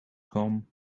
come